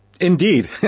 Indeed